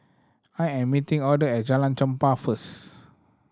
I am meeting Auther at Jalan Chempah first